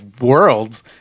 worlds